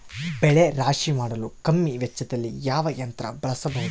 ಬೆಳೆ ರಾಶಿ ಮಾಡಲು ಕಮ್ಮಿ ವೆಚ್ಚದಲ್ಲಿ ಯಾವ ಯಂತ್ರ ಬಳಸಬಹುದು?